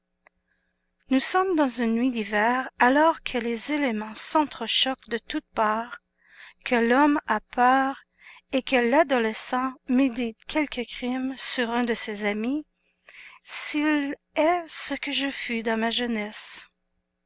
nous sommes dans une nuit d'hiver alors que les éléments s'entrechoquent de toutes parts que l'homme a peur et que l'adolescent médite quelque crime sur un de ses amis s'il est ce que je fus dans ma jeunesse